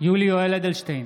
יולי יואל אדלשטיין,